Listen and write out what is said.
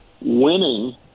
winning